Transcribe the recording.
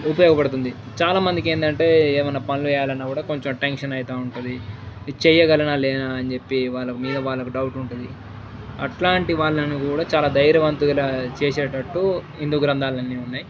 ఉపయోగపడుతుంది చాలామందికి ఏంటంటే ఏమైనా పనులు చేయాలన్నా కూడా కొంచెం టెన్షన్ అవుతూ ఉంటుంది చేయగలనా లేనా అని చెప్పి వాళ్ళ మీద వాళ్ళకు డౌట్ ఉంటుంది అలాంటి వాళ్ళలను కూడా చాలా ధైర్యవంతులుగా చేసేటట్టు హందు గ్రంథాలన్నీ ఉన్నాయ్